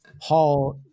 paul